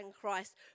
Christ